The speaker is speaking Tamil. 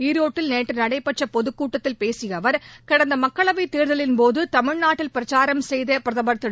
ஈரோட்டில் நேற்று நடைபெற்ற பொதுக்கூட்டத்தில் பேசிய அவர் கடந்த மக்களவைத் தேர்தலின்போது தமிழ்நாட்டில் பிரச்சாரம் செய்த பிரதமர் திரு